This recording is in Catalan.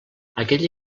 aquella